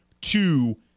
two